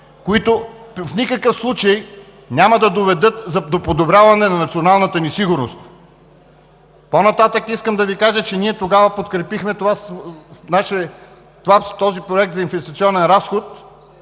които в никакъв случай няма да доведат до подобряване на националната ни сигурност. По-нататък искам да Ви кажа, че ние тогава подкрепихме този проект за инвестиционен разход